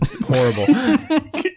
horrible